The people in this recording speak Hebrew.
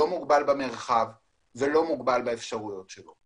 לא מוגבל במרחב ולא מוגבל באפשרויות שלו.